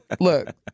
look